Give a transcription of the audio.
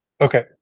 Okay